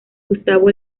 gustavo